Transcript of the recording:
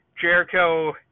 Jericho